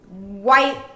white